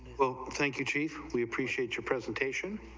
vote thank you chiefly appreciate your presentation